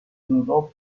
duró